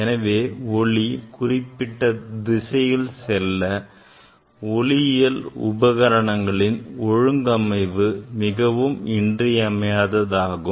எனவே ஒளி குறிப்பிட்ட திசையில் செல்ல ஒளியியல் உபகரணங்களின் ஒழுங்கமைவு மிகவும் இன்றியமையாததாகும்